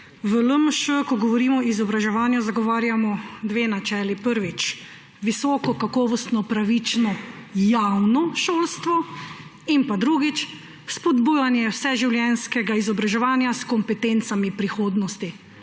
V LMŠ, ko govorim o izobraževanju, zagovarjamo dve načeli. Prvič, visokokakovostno, pravično javno šolstvo. Drugič, spodbujanje vseživljenjskega izobraževanja s kompetencami prihodnosti.